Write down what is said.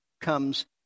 comes